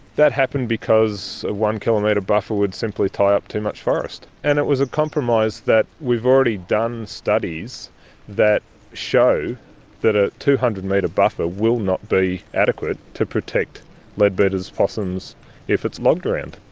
that happened because a one-kilometre buffer would simply tie up too much forest. and it was a compromise that we've already done studies that show that a two hundred metre buffer will not be adequate to protect leadbeater's possums if it's logged around.